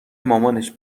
مامانش